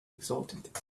exultant